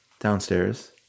downstairs